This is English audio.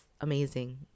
amazing